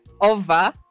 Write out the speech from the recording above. over